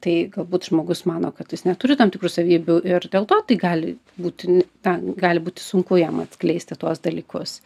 tai galbūt žmogus mano kad jis neturi tam tikrų savybių ir dėl to tai gali būti na gali būti sunku jam atskleisti tuos dalykus